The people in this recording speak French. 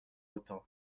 autant